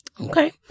Okay